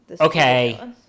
okay